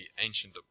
ancient